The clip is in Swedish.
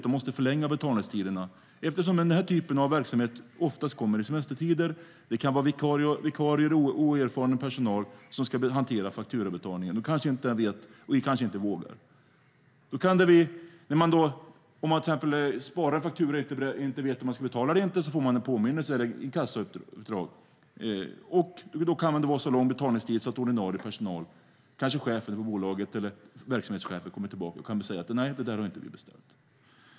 De måste förlänga betalningstiderna, eftersom den här typen av verksamhet oftast förekommer i semestertider. Det kan vara vikarier och oerfaren personal som ska hantera fakturabetalningen. De kanske inte vet och kanske inte vågar. Om man till exempel sparar fakturorna därför att man inte vet om man ska betala dem eller inte får man en påminnelse eller ett inkassouppdrag. Det skulle kunna vara så lång betalningstid att ordinarie personal, kanske chefen för bolaget eller verksamhetschefen, kommer tillbaka och kan säga: Nej, det där har inte vi beställt.